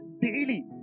daily